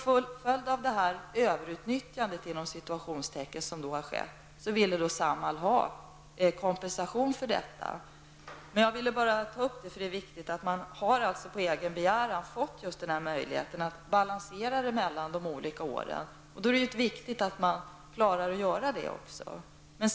För det ''överutnyttjande'' som har skett vill Samhall ha kompensation. Det är viktigt att veta att Samhall har på egen begäran fått möjlighet att göra en balansering mellan de olika åren. Det är också viktigt att det klaras av.